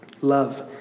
love